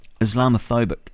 Islamophobic